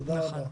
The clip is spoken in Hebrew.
תודה רבה.